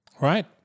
Right